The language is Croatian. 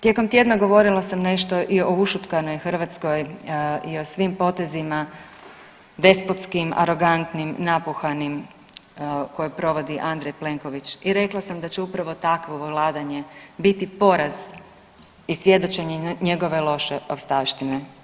Tijekom tjedna govorila sam nešto i o ušutkanoj Hrvatskoj i o svim potezima despotskim, arogantnim, napuhanim koje provodi Andrej Plenković i rekla sam da će upravo takvo vladanje biti poraz i svjedočenje njegove loše ostavštine.